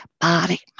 body